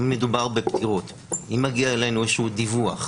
אם מדובר בפטירות, אם מגיע אלינו כל דיווח